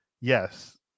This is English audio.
yes